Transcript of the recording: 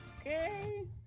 Okay